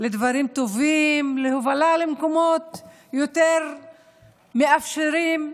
לדברים טובים, להובלה למקומות יותר מאפשרים.